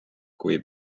kui